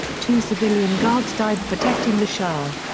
two civilian guards died protecting the shah.